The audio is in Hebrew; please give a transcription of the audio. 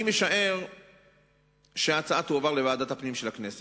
אני חושב שגם אצלנו פנימה יש מצוקות קשות,